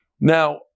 Now